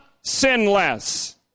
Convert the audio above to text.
sinless